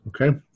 Okay